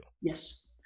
Yes